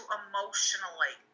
emotionally